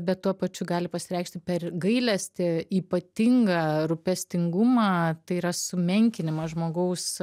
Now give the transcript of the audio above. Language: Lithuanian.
bet tuo pačiu gali pasireikšti per gailestį ypatingą rūpestingumą tai yra sumenkinimas žmogaus